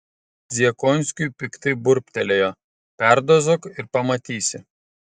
dziekonskiui piktai burbtelėjo perdozuok ir pamatysi